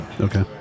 Okay